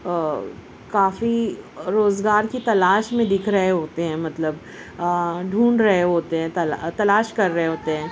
کافی روزگار کی تلاش میں دکھ رہے ہوتے ہیں مطلب ڈھونڈ رہے ہوتے ہیں تلا تلاش کر رہے ہوتے ہیں